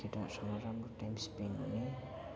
केटाहरूसँग राम्रो time spend हुने